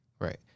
Right